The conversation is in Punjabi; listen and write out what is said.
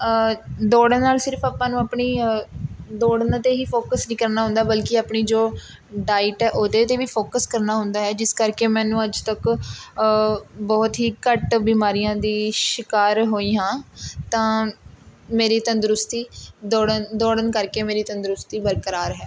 ਦੌੜਨ ਨਾਲ਼ ਸਿਰਫ ਆਪਾਂ ਨੂੰ ਆਪਣੀ ਦੌੜਨ 'ਤੇ ਹੀ ਫੋਕੱਸ ਨਹੀਂ ਕਰਨਾ ਹੁੰਦਾ ਬਲਕਿ ਆਪਣੀ ਜੋ ਡਾਇਟ ਹੈ ਉਹਦੇ 'ਤੇ ਵੀ ਫੋਕੱਸ ਕਰਨਾ ਹੁੰਦਾ ਹੈ ਜਿਸ ਕਰਕੇ ਮੈਨੂੰ ਅੱਜ ਤੱਕ ਬਹੁਤ ਹੀ ਘੱਟ ਬਿਮਾਰੀਆਂ ਦੀ ਸ਼ਿਕਾਰ ਹੋਈ ਹਾਂ ਤਾਂ ਮੇਰੀ ਤੰਦਰੁਸਤੀ ਦੌੜਨ ਦੌੜਨ ਕਰਕੇ ਮੇਰੀ ਤੰਦਰੁਸਤੀ ਬਰਕਰਾਰ ਹੈ